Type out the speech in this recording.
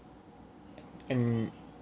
mm